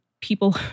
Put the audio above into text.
people